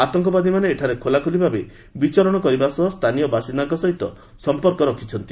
ଆତଙ୍କବାଦୀମାନେ ଏଠାରେ ଖୋଲାଖୋଲିଭାବେ ବିଚରଣ କରିବା ସହ ସ୍ଥାନୀୟ ବାସୀନ୍ଦାଙ୍କ ସହିତ ସମ୍ପର୍କ ରଖିଛନ୍ତି